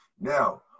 Now